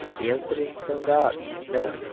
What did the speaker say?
the incident seemed odd nay,